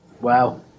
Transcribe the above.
Wow